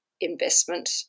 investment